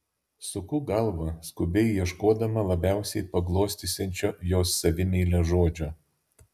suku galvą skubiai ieškodama labiausiai paglostysiančio jos savimeilę žodžio